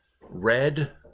red